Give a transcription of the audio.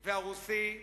והרוסי,